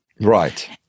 Right